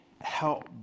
help